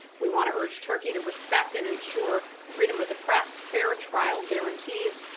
we want to urge turkey to respect and ensure freedom of the press, fair trial guarantees,